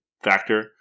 factor